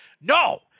no